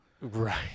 Right